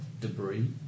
debris